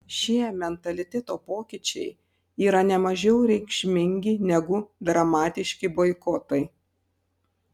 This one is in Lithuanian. šie mentaliteto pokyčiai yra ne mažiau reikšmingi negu dramatiški boikotai